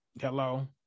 hello